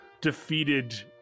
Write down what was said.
Defeated